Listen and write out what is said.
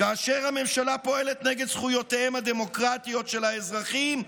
כאשר הממשלה פועלת נגד זכויותיהם הדמוקרטיות של האזרחים,